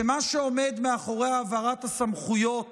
שמה שעומד מאחורי העברת הסמכויות